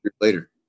later